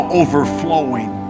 overflowing